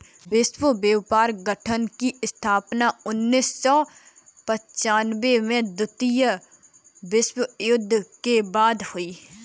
विश्व व्यापार संगठन की स्थापना उन्नीस सौ पिच्यानबें में द्वितीय विश्व युद्ध के बाद हुई